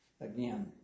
again